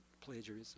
plagiarism